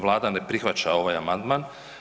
Vlada ne prihvaća ovaj amandman.